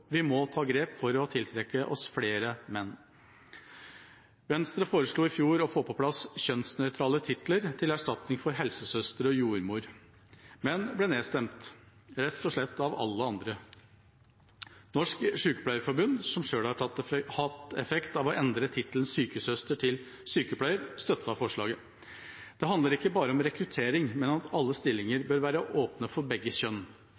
tiltrekke oss flere menn. Venstre foreslo i fjor å få på plass kjønnsnøytrale titler til erstatning for helsesøster og jordmor, men ble nedstemt – rett og slett av alle andre. Norsk Sykepleierforbund, som selv har hatt effekt av å endre tittelen sykesøster til sykepleier, støttet forslaget. Det handler ikke bare om rekruttering, men om at alle stillinger bør være åpne for begge kjønn.